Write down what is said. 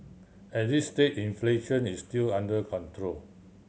at this stage inflation is still under control